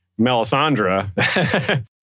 Melisandre